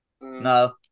No